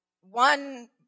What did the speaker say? one